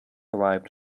arrived